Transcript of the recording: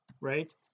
right